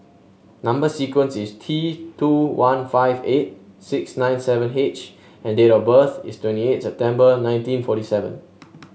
number sequence is T two one five eight six nine seven H and date of birth is twenty eight September nineteen forty seven